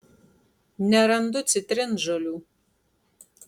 nerandu citrinžolių